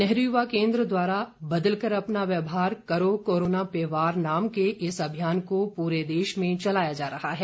नेहरू युवा केंद्र द्वारा बदल कर अपना व्यवहार करो कोरोना पे वार नाम के इस अभियान को पूरे देश में चलाया जा रहा है